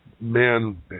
man